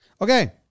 Okay